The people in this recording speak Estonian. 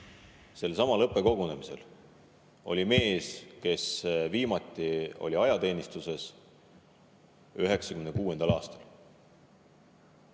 sellelsamal õppekogunemisel oli mees, kes viimati oli ajateenistuses 1996. aastal,